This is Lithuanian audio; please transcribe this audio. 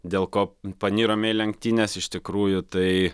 dėl ko panirome į lenktynes iš tikrųjų tai